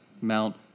Mount